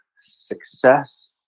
success